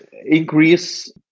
increase